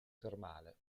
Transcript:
termale